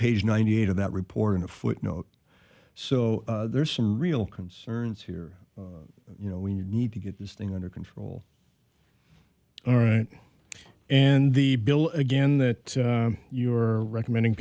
page ninety eight of that report in a footnote so there's some real concerns here you know we need to get this thing under control all right and the bill again that you're recommending